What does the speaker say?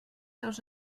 seus